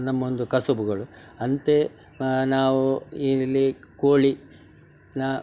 ನಮ್ಮೊಂದು ಕಸುಬುಗಳು ಅಂತೆ ನಾವು ಇಲ್ಲಿ ಕೋಳಿ ನ